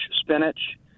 spinach